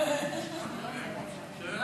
נראה